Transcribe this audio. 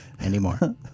Anymore